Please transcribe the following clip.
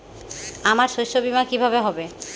আমার শস্য বীমা কিভাবে হবে?